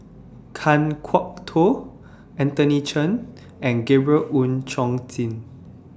Kan Kwok Toh Anthony Chen and Gabriel Oon Chong Jin